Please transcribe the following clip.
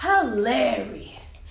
hilarious